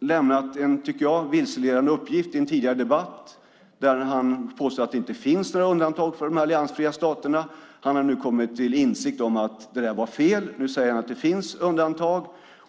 lämnat en som jag tycker vilseledande uppgift i en tidigare debatt. Han påstod att det inte finns några undantag för de alliansfria staterna. Han har nu kommit till insikt om att det var fel, och nu säger han att det finns undantag.